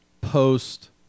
post